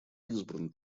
избран